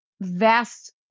vast